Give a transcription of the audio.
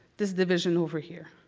this division over here.